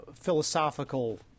philosophical